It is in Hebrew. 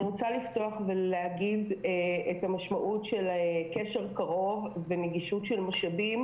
אני רוצה לפתוח ולדבר על המשמעות של קשר קרוב ונגישות של משאבים,